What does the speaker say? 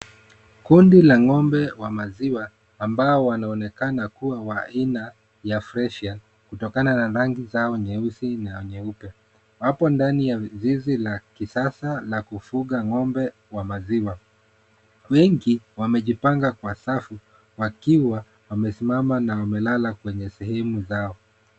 Kundi la ng'ombe wa maziwa ambao wanaonekana kuwa wa aina ya Freshia kutokana na rangi zao nyeusi na nyeupe, wapo ndani ya zizi la kisasa la kufuga ng'ombe wa maziwa . Wengi wamejipanga kwa safu wakiwa wamesimama na wamelala kwenye sehemu zao.